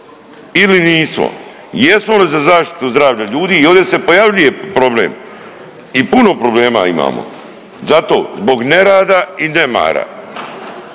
ili nismo? Jesmo li za zaštitu zdravlja ljudi i ovde se pojavljuje problem i puno problema imamo. Zato, zbog nerada i nemara.